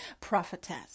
prophetess